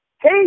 Hey